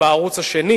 בערוץ השני